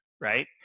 right